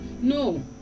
no